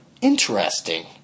Interesting